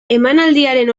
emanaldiaren